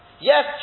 Yes